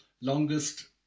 longest